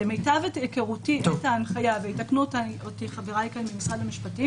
למיטב היכרותי את ההנחיה ויתקנו אותי חבריי ממשרד המשפטים